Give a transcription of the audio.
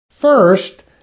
First